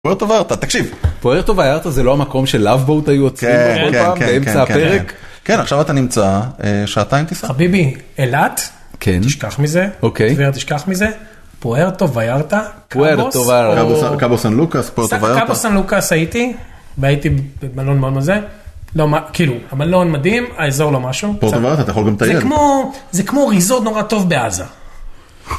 פוארטו ויארטה תקשיב. פוארטו ויארטה זה לא המקום שלאב בואט היו עוצרים בו כל פעם... כן, כן, כן באמצע הפרק? כן עכשיו אתה נמצא שעתיים טיסה. חביבי אילת תשכח מזה, טבריה תשכח מזה פוארטו ויארטה, קאבו סאן לוקאס. קאבו סאן לוקאס הייתי, הייתי במלון במ.. הזה לא כאילו המלון מדהים האזור לא משהו. פוארטו ויארטה אתה יכול גם לטייל, זה כמו ריזורט, ריזורט, נורא טוב בעזה